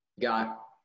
Got